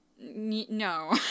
no